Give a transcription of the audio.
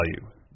value